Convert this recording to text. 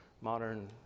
modern